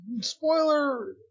spoiler